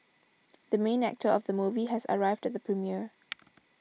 the main actor of the movie has arrived the premiere